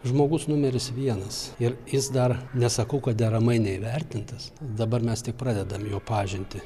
žmogus numeris vienas ir jis dar nesakau kad deramai neįvertintas dabar mes tik pradedam jo pažintį